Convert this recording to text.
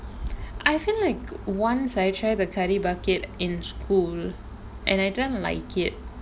I feel like once I try the curry bucket in school and I didn't like it